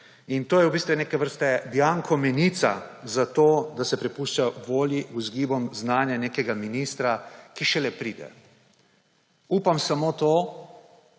In to je v bistvu neke vrste bianco menica zato, da se prepušča volji, vzgibom, znanja nekega ministra, ki šele pride. Upam samo to,